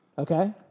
Okay